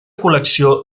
col·lecció